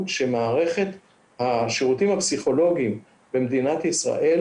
שמערכת השירותים הפסיכולוגיים במדינת ישראל,